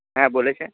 হ্যাঁ বলেছে